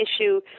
issue